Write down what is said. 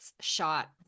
shot